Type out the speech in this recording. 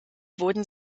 wurden